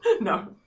No